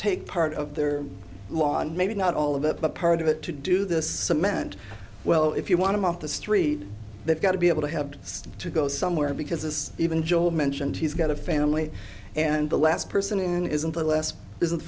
take part of their lawn maybe not all of it but part of it to do this cement well if you want to off the street they've got to be able to have to go somewhere because this even joe mentioned he's got a family and the last person in is in the last isn't the